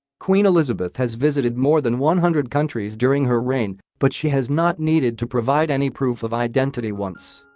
queen elizabeth has visited more than one hundred countries during her reign, but she has not needed to provide any proof of identity once